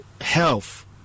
health